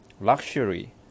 luxury